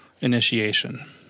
initiation